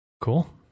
cool